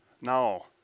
now